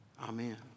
Amen